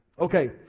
Okay